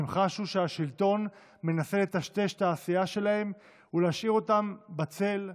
הם חשו שהשלטון מנסה לטשטש את העשייה שלהם ולהשאיר אותם בצל,